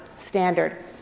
Standard